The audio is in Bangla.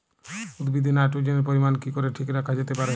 উদ্ভিদে নাইট্রোজেনের পরিমাণ কি করে ঠিক রাখা যেতে পারে?